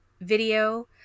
video